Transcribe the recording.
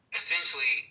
essentially